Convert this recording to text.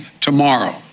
tomorrow